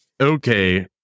Okay